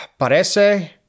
Parece